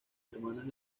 hermanas